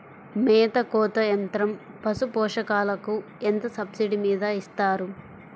మేత కోత యంత్రం పశుపోషకాలకు ఎంత సబ్సిడీ మీద ఇస్తారు?